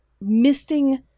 missing